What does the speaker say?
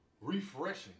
refreshing